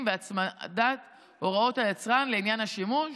והצמדת הוראות היצרן לעניין השימוש.